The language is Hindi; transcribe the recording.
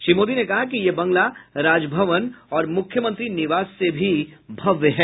श्री मोदी ने कहा कि ये बंगला राजभवन और मुख्यमंत्री आवास से भी भव्य है